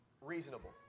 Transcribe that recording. reasonable